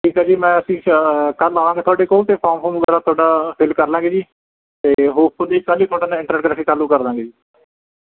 ਠੀਕ ਹੈ ਜੀ ਮੈਂ ਅਸੀਂ ਕੱਲ ਆਵਾਂਗੇ ਤੁਹਾਡੇ ਕੋਲ ਅਤੇ ਫੋਰਮ ਫੂਮ ਵਗੈਰਾ ਤੁਹਾਡਾ ਫਿੱਲ ਕਰ ਲਵਾਂਗੇ ਜੀ ਅਤੇ ਹੋਪਫੁਲੀ ਕੱਲ ਹੀ ਤੁਹਾਡੇ ਨਾ ਚਾਲੂ ਕਰ ਦਾਂਗੇ ਜੀ